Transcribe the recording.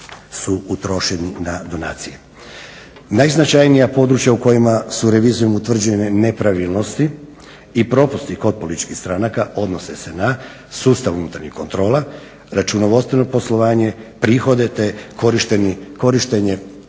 su utrošeni na donacije. Najznačajnija područja u kojima su revizijom utvrđene nepravilnosti i propusti kod političkih stranaka odnose se na sustav unutarnje kontrole, računovodstveno poslovanje, prihode te korištenje